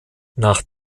nach